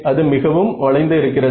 அது மிகவும் வளைந்து இருக்கிறது